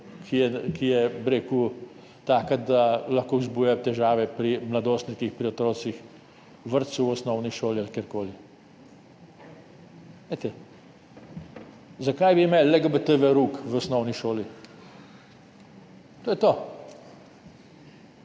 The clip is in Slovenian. ki je taka, da lahko vzbuja težave pri mladostnikih, pri otrocih v vrtcu, v osnovni šoli ali kjerkoli. Zakaj bi imeli verouk LGBT v osnovni šoli? To je to.